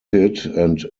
eroded